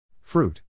Fruit